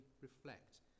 reflect